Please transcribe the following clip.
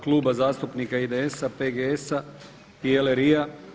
Kluba zastupnika IDS-a, PGS-a i LRI-a.